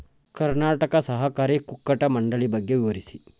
ಕರ್ನಾಟಕ ಸಹಕಾರಿ ಕುಕ್ಕಟ ಮಂಡಳಿ ಬಗ್ಗೆ ವಿವರಿಸಿ?